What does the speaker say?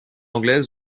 anglaises